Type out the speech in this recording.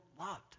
loved